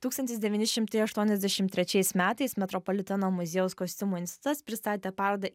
tūkstantis devyni šimtai aštuoniasdešim trečiais metais metropoliteno muziejaus kostiumų institutas pristatė parodą